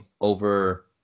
over